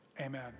amen